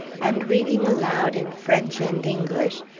and reading aloud in french and english,